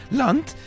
land